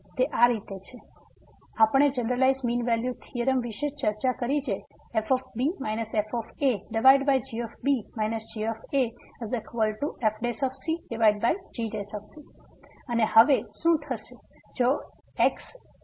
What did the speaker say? તો આપણે generalise mean value theorem વિષે ચર્ચા કરી જે fb fagb gafcgc અને હવે શું થશે જો x